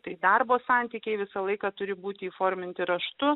tai darbo santykiai visą laiką turi būti įforminti raštu